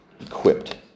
equipped